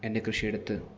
എൻ്റെ കൃഷിയിടത്ത്